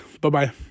Bye-bye